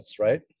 right